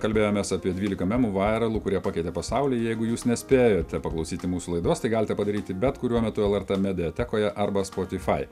kalbėjomės apie dvylika memų vairalų kurie pakeitė pasaulį jeigu jūs nespėjote paklausyti mūsų laidos tai galite padaryti bet kuriuo metu lrt mediatekoje arba spotify